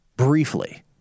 Briefly